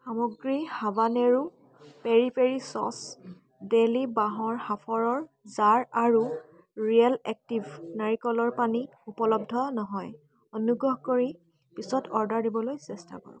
সামগ্ৰী habanero peri peri sauce ডেলী বাঁহৰ সাঁফৰৰ জাৰ আৰু ৰিয়েল এক্টিভ নাৰিকল পানী উপলব্ধ নহয় অনুগ্ৰহ কৰি পিছত অৰ্ডাৰ দিবলৈ চেষ্টা কৰক